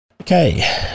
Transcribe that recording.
Okay